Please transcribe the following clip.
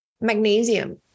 magnesium